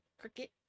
Cricket